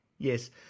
Yes